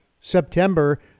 September